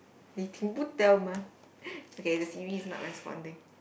你听不到吗 okay the Siri is not responding